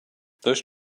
those